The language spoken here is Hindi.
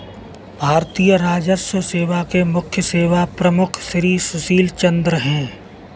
भारतीय राजस्व सेवा के मुख्य सेवा प्रमुख श्री सुशील चंद्र हैं